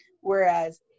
Whereas